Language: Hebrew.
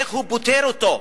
איך הוא פותר אותו.